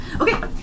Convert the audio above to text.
Okay